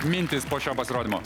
mintys po šio pasirodymo